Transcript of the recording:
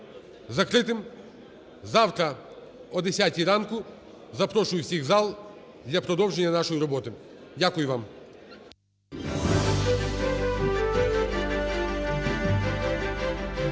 закритим. Завтра о 10 ранку запрошую всіх в зал для продовження нашої роботи. Дякую вам.